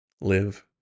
Live